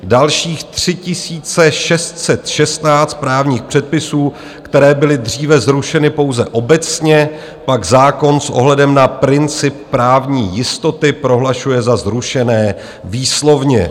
Dalších 3 616 právních předpisů, které byly dříve zrušeny pouze obecně, pak zákon s ohledem na princip právní jistoty prohlašuje za zrušené výslovně.